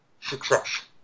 success